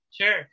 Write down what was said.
Sure